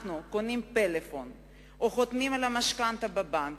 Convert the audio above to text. כשאנחנו קונים פלאפון או חותמים על משכנתה בבנק,